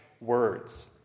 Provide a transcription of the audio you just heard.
words